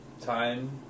time